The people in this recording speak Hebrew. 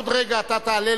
עוד רגע אתה תעלה,